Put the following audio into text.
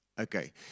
Okay